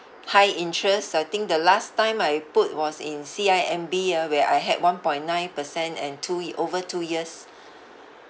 high interest I think the last time I put was in C_I_M_B ah where I had one point nine percent and two y~ over two years